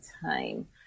time